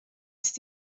ist